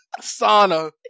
Sauna